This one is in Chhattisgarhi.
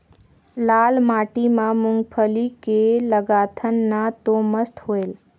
लाल माटी म मुंगफली के लगाथन न तो मस्त होयल?